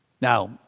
Now